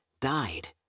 died